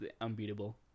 unbeatable